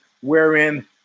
wherein